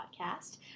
podcast